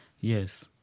Yes